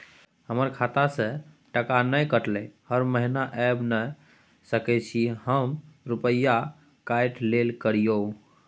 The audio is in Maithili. हमर खाता से टका नय कटलै हर महीना ऐब नय सकै छी हम हमर रुपिया काइट लेल करियौ?